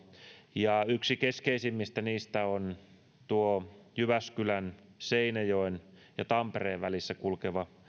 ja yksi niistä keskeisimmistä on jyväskylän seinäjoen ja tampereen välissä kulkeva